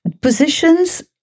Positions